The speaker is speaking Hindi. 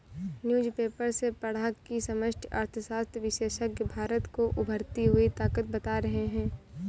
न्यूज़पेपर में पढ़ा की समष्टि अर्थशास्त्र विशेषज्ञ भारत को उभरती हुई ताकत बता रहे हैं